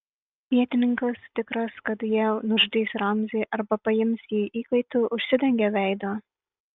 vietininkas tikras kad jie nužudys ramzį arba paims jį įkaitu užsidengė veidą